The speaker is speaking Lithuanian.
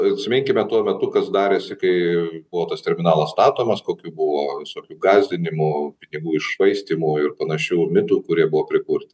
atsiminkime tuo metu kas darėsi kai buvo tas terminalas statomas kokių buvo visokių gąsdinimų pinigų iššvaistymų ir panašių mitų kurie buvo prikurti